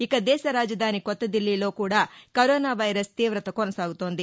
ఇక దేశ రాజధాని కొత్తదిల్లీలో కూడా కరోనా వైరస్ తీవత కొనసాగుతోంది